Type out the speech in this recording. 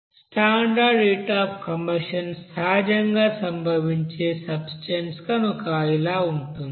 standard heat of combustion సహజంగా సంభవించే substance కనుక ఇలా ఉంటుంది